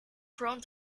prone